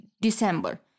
December